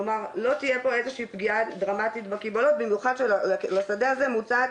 כלומר לא תהיה פגיעה ברמה עתידית הקיבולות במיוחד שלשדה הזה מוצעת